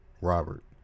Robert